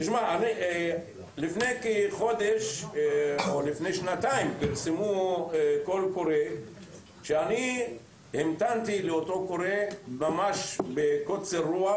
לפני כחודש או שנתיים פרסמו קול קורא ואני המתנתי לו בקוצר רוח.